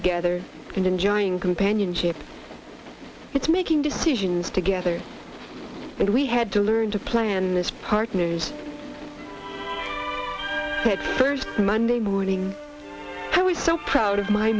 together and enjoying companionship it's making decisions together and we had to learn to plan this partner the first a morning i was so proud of my